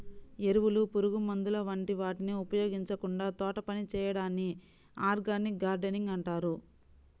ఎరువులు, పురుగుమందుల వంటి వాటిని ఉపయోగించకుండా తోటపని చేయడాన్ని ఆర్గానిక్ గార్డెనింగ్ అంటారు